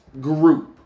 group